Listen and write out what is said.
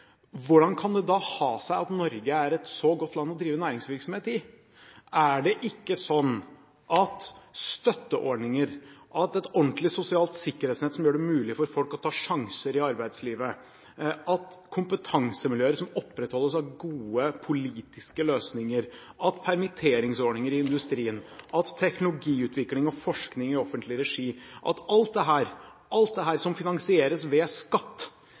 hvordan kan det da ha seg at Norge er et så godt land å drive næringsvirksomhet i? Er det ikke sånn at støtteordninger, at et ordentlig sosialt sikkerhetsnett som gjør det mulig for folk å ta sjanser i arbeidslivet, at kompetansemiljøer som opprettholdes av gode politiske løsninger, at permitteringsordninger i industrien, at teknologiutvikling og forskning i offentlig regi – alt dette som finansieres med skatt